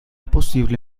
posible